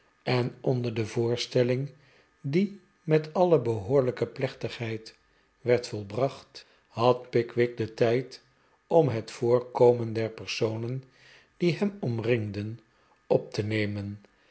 en onder de voorstelling die met alle behoorlijke plechtigheid werd volbracht had pickwick den tijd om het voorkomen der personen die hem omringden op te nemen